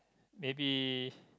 maybe